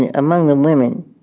and among the women